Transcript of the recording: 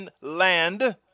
land